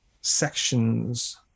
sections